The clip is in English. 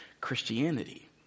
Christianity